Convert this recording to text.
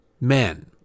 men